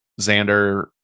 xander